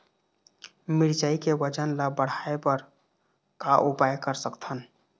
मिरचई के वजन ला बढ़ाएं बर का उपाय कर सकथन?